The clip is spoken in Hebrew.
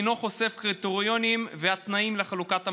אינו חושף את הקריטריונים והתנאים לחלוקת המחשבים,